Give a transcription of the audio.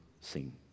seen